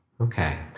Okay